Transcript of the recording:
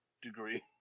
degree